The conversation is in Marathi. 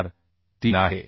43 आहे